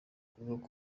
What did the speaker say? kuvuga